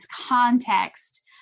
context